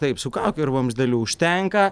taip su kauke ir vamzdeliu užtenka